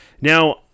Now